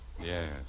Yes